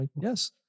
Yes